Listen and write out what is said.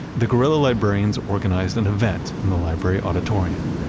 the guerrilla librarians organized an event in the library auditorium,